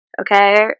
okay